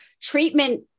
treatment